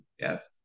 yes